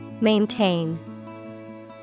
Maintain